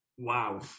Wow